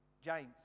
James